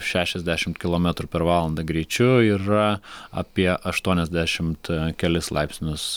šešiasdešimt kilometrų per valandą greičiu yra apie aštuoniasdešimt kelis laipsnius